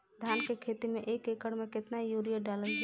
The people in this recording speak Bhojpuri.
धान के खेती में एक एकड़ में केतना यूरिया डालल जाई?